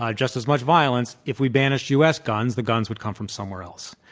ah just as much violence, if we banished u. s. guns the guns would come from somewhere else.